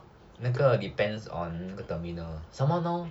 那个 depends on 那个 terminal some more now